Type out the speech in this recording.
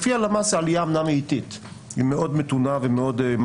לפי הלמ"ס העלייה היא איטית- היא מאוד מתונה ומינורית.